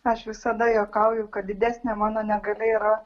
aš visada juokauju kad didesnė mano negalia yra